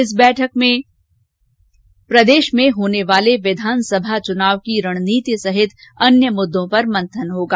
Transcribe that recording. इस बैठक में प्रदेश में होने वाले विधानसभा चुनाव की रणनीति सहित अन्य मुद्दों पर मंथन होगा